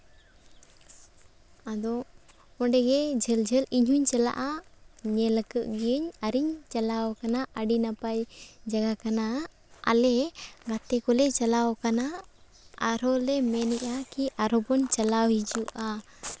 ᱟᱫᱚ ᱚᱸᱰᱮ ᱜᱮ ᱡᱷᱟᱹᱞ ᱡᱷᱟᱹᱞ ᱤᱧ ᱦᱚᱧ ᱪᱟᱞᱟᱜᱼᱟ ᱧᱮᱞ ᱠᱟᱜ ᱜᱤᱭᱟᱹᱧ ᱟᱨ ᱤᱧ ᱪᱟᱞᱟᱣ ᱠᱟᱱᱟ ᱟᱹᱰᱤ ᱱᱟᱯᱟᱭ ᱡᱟᱭᱜᱟ ᱠᱟᱱᱟ ᱟᱞᱮ ᱜᱟᱛᱮ ᱠᱚᱞᱮ ᱪᱟᱞᱟᱣ ᱠᱟᱱᱟ ᱟᱨ ᱦᱚᱸ ᱞᱮ ᱢᱮᱱᱮᱜᱼᱟ ᱠᱤ ᱟᱨ ᱦᱚᱸ ᱵᱚᱱ ᱪᱟᱞᱟᱣ ᱦᱤᱡᱩᱜᱼᱟ